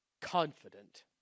Confident